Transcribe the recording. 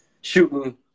shooting